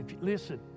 Listen